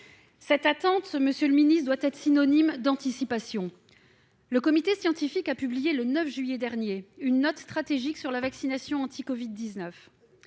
Cette attente, monsieur le Premier ministre, doit être synonyme d'anticipation. Le conseil scientifique a publié, le 9 juillet dernier, une note stratégique sur la vaccination contre la covid-19.